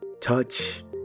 touch